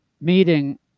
meeting